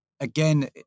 Again